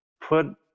Put